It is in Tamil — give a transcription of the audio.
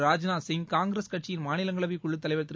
ராஜ்நாத் சிங் காங்கிரஸ் கட்சியின் மாநிலங்களவைத்குழுத்தலைவர் திரு